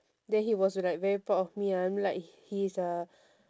then he was like very proud of me ah I'm like his uh